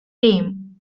name